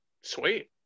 Sweet